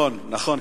נכון, נכון.